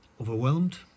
overwhelmed